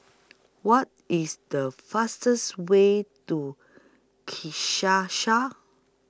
What IS The fastest Way to Kinshasa